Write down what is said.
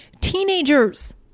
teenagers